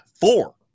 four